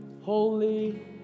holy